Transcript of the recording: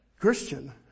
Christian